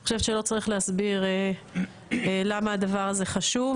אני חושבת שלא צריך להסביר למה הדבר הזה חשוב.